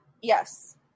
Yes